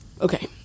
Okay